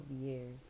years